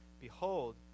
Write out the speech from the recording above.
Behold